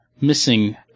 missing